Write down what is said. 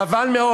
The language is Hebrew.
חבל מאוד.